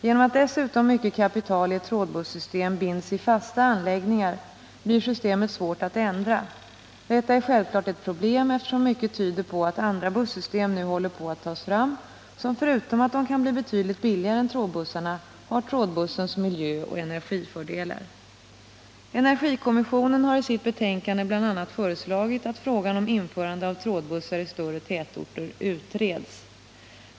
Genom att dessutom mycket kapital i ett trådbussystem binds i fasta anläggningar blir systemet svårt att ändra. Detta är självklart ett problem, eftersom mycket tyder på att andra bussystem nu håller på att tas fram, som — förutom att de kan bli betydligt billigare än trådbussarna — har trådbussens miljöoch energifördelar. Energikommissionen har i sitt betänkande bl.a. föreslagit att frågan om införande av trådbussar i större tätorter utreds.